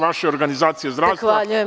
Vaša je organizacija zdravstva.